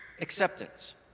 acceptance